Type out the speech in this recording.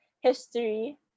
history